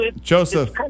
Joseph